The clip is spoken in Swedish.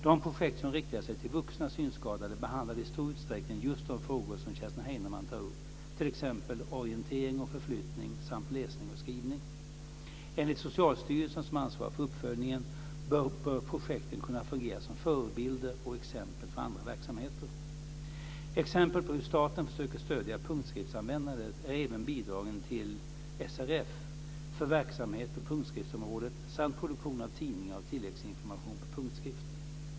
De projekt som riktade sig till vuxna synskadade behandlade i stor utsträckning just de frågor som Kerstin Heinemann tar upp, t.ex. orientering och förflyttning samt läsning och skrivning. Enligt Socialstyrelsen, som ansvarar för uppföljningen, bör projekten kunna fungera som förebilder och exempel för andra verksamheter. Exempel på hur staten försöker stödja punktskriftsanvändandet är även bidragen till SRF för verksamhet på punktskriftsområdet samt produktion av tidningar och tilläggsinformation på punktskrift.